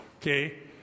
Okay